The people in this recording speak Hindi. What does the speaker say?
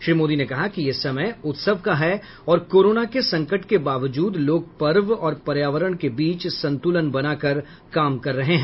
श्री मोदी ने कहा कि ये समय उत्सव का है और कोरोना के संकट के बावजूद लोग पर्व और पर्यावरण के बीच संतुलन बनाकर काम कर रहे हैं